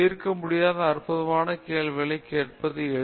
தீர்க்க முடியாத அற்பமான கேள்விகளைக் கேட்பது எளிது